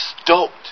stoked